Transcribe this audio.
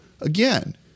again